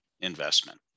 investment